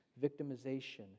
victimization